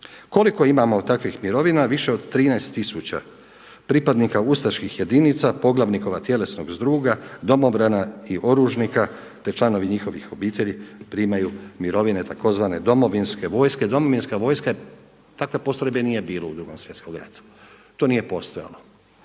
Koliko imamo takvih mirovina? Više od 13 tisuća pripadnika ustaških jedinica, … tjelesnog zdruga, domobrana i oružnika te članovi njihovih obitelji primaju mirovine tzv. domovinske vojske. Domovinska vojska je, takve postrojbe nije bilo u Drugom svjetskom ratu, to nije postojalo.